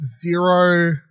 zero